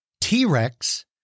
T-Rex